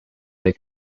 they